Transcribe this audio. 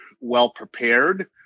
well-prepared